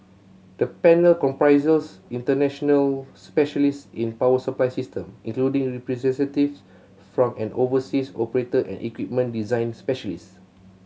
the panel comprises international specialist in power supply system including representative from an overseas operator and equipment design specialists